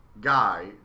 guy